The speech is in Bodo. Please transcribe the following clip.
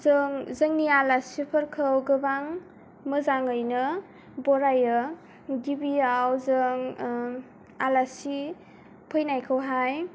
जों जोंनि आलासिफोरखौ गोबां मोजाङैनो बरायो गिबियाव जों आलासि फैनायखौहाय